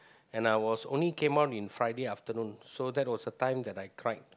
and I was only came on in Friday afternoon so that was a time I cried